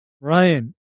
Ryan